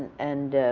and